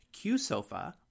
QSOFA